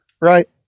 Right